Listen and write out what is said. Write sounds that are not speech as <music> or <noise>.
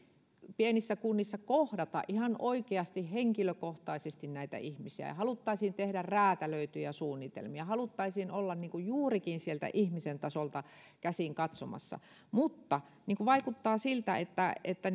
nimenomaan kohdata ihan oikeasti henkilökohtaisesti näitä ihmisiä ja haluttaisiin tehdä räätälöityjä suunnitelmia haluttaisiin olla juurikin sieltä ihmisen tasolta käsin katsomassa mutta vaikuttaa siltä että että <unintelligible>